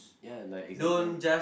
ya like example